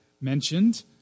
mentioned